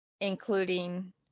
including